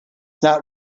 not